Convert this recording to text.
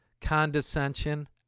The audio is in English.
condescension